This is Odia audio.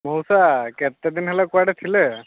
ମଉସା କେତେ ଦିନ ହେଲା କୁଆଡ଼େ ଥିଲେ